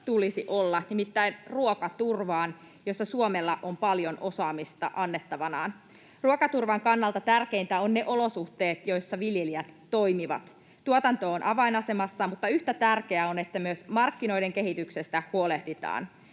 tulisi olla, nimittäin ruokaturvaan, jossa Suomella on paljon osaamista annettavanaan. Ruokaturvan kannalta tärkeintä ovat ne olosuhteet, joissa viljelijät toimivat. Tuotanto on avainasemassa, mutta yhtä tärkeää on, että myös markkinoiden kehityksestä huolehditaan.